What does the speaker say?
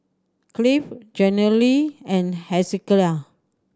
Cleve Jenilee and Hezekiah